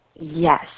Yes